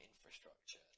infrastructure